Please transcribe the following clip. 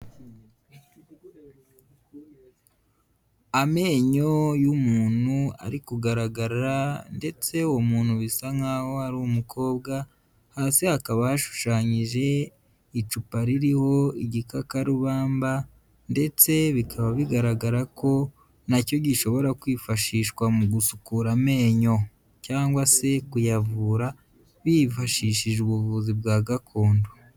Amenyo y'umuntu ari kugaragara ndetse uwo muntu bisa nkaho ari umukobwa, hasi hakaba hashushanyije icupa ririho igikakarubamba ndetse bikaba bigaragara ko na cyo gishobora kwifashishwa mu gusukura amenyo, cyangwa se kuyavura bifashishije ubuvuzi bwa gakondo.